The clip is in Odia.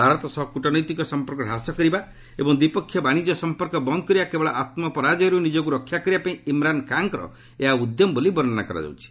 ଭାରତ ସହ କ୍ୱଟନୈତିକ ସମ୍ପର୍କ ହ୍ରାସ କରିବା ଏବଂ ଦ୍ୱିପକ୍ଷିୟ ବାଣିଜ୍ୟ ସମ୍ପର୍କ ବନ୍ଦ କରିବା କେବଳ ଆତ୍କ ପରାଜୟରୁ ନିଜକୁ ରକ୍ଷା କରିବା ପାଇଁ ଇମ୍ରାନ୍ ଖାନ୍ଙ୍କର ଏହା ଉଦ୍ୟମ ବୋଲି ବର୍ଷ୍ଣନା କରାଯାଉଛି